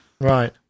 Right